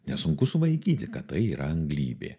nesunku suvaikyti kad tai yra anglybė